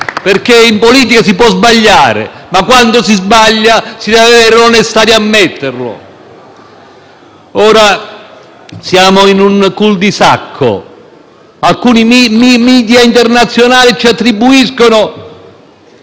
Ora siamo in un *cul-de-sac*. Alcuni *media* internazionali ci attribuiscono anche il ruolo di Stato membro che si opporrebbe ad